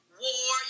war